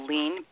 Lean